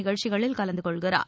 நிகழ்ச்சிகளில் கலந்து கொள்கிறார்